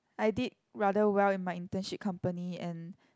I did rather well in my internship company and